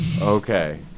Okay